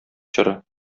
чоры